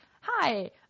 hi